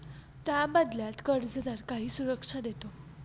त्या बदल्यात कर्जदार काही सुरक्षा देतो